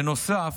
בנוסף,